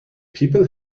people